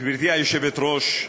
גברתי היושבת-ראש,